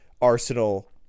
arsenal